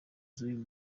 z’uyu